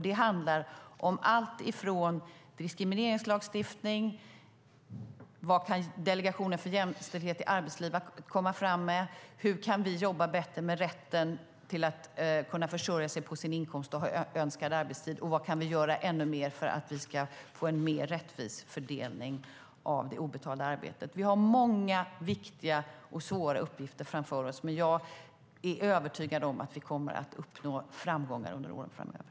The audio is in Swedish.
Det handlar om mycket, som diskrimineringslagstiftningen, vad Delegationen för jämställdhet i arbetslivet kan komma fram med, hur vi kan jobba bättre med rätten att kunna försörja sig på sin inkomst och ha önskad arbetstid och vad vi kan göra ännu mer för att få en mer rättvis fördelning av det obetalda arbetet. Vi har många viktiga och svåra uppgifter framför oss, men jag är övertygad om att vi kommer att uppnå framgångar under åren framöver.